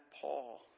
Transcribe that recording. Paul